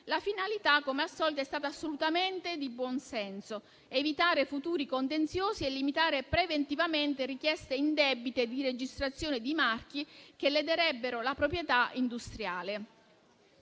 La finalità, come al solito, è stata assolutamente di buon senso: evitare futuri contenziosi e limitare preventivamente richieste indebite di registrazione di marchi che lederebbero la proprietà industriale.